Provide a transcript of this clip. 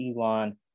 Elon